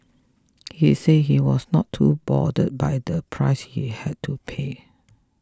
he said he was not too bothered by the price he had to pay